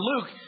Luke